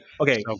Okay